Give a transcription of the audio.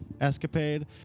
escapade